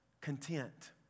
content